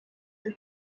muri